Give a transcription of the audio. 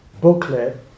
booklet